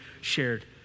shared